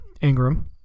Ingram